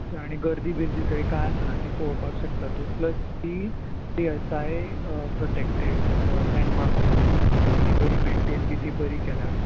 आनी गर्दी बिर्दी थंय कांय आसना ती पळोवपाक शकता तूं प्लस ती ती A S I protected landmark तो सो ती बरी मेनटेन बी ती बरी केल्या